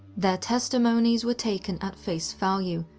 their testimonies were taken at face value,